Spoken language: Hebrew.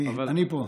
אני פה.